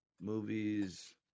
Movies